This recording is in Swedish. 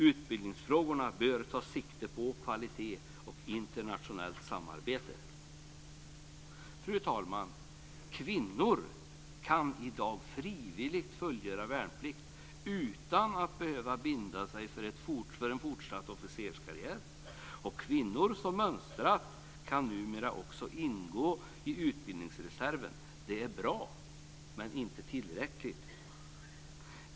Utbildningsfrågorna bör ta sikte på kvalitet och internationellt samarbete. Fru talman! Kvinnor kan i dag frivilligt fullgöra värnplikt utan att behöva binda sig för en fortsatt officerskarriär, och kvinnor som mönstrat kan numera också ingå i utbildningsreserven. Det är bra, men inte tillräckligt.